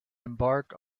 embark